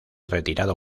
retirado